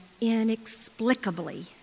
inexplicably